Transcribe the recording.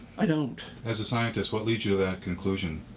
i don't. as a scientist, what leads you to that conclusion?